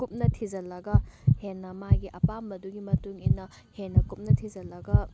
ꯀꯨꯞꯅ ꯊꯤꯖꯜꯂꯒ ꯍꯦꯟꯅ ꯃꯥꯒꯤ ꯑꯄꯥꯝꯕꯗꯨꯒꯤ ꯃꯇꯨꯡꯏꯟꯅ ꯍꯦꯟꯅ ꯀꯨꯞꯅ ꯊꯤꯖꯜꯂꯒ